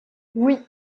oui